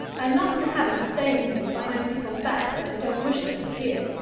i am not in the habit of saying things behind people's backs that i don't wish them to hear.